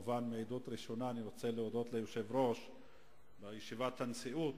כמובן מעדות ראשונה אני רוצה להודות ליושב-ראש על ישיבת הנשיאות,